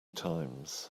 times